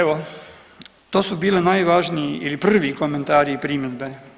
Evo, to su bili najvažniji ili prvi komentari i primjedbe.